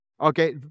Okay